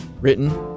written